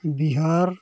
Bihar